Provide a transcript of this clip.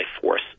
force